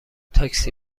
تاکسی